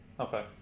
Okay